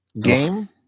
game